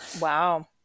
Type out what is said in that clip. Wow